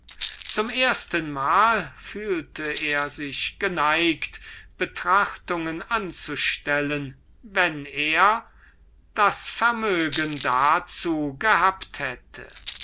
ersten mal fühlte er sich geneigt reflexionen zu machen wenn er das vermögen dazu gehabt hätte